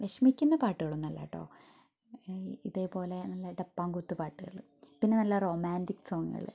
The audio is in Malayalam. വിഷമിക്കുന്ന പാട്ടുകളൊന്നുമല്ല കേട്ടോ ഇതേപോലെ നല്ല ഡെപ്പാംകുത്ത് പാട്ടുകൾ പിന്നെ നല്ല റൊമാന്റിക് സോങ്ങുകൾ